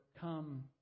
come